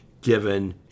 given